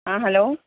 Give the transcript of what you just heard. ہاں ہلو